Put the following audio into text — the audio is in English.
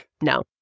no